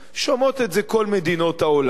שומעות את זה כל מדינות העולם.